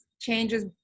changes